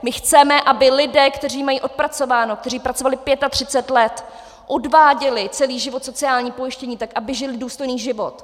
My chceme, aby lidé, kteří mají odpracováno, kteří pracovali 35 let, odváděli celý život sociální pojištění, žili důstojný život.